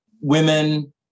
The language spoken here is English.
Women